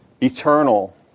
eternal